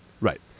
Right